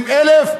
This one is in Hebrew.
80,000,